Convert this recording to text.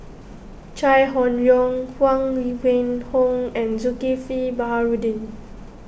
Chai Hon Yoong Huang Wenhong and Zulkifli Baharudin